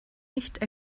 nicht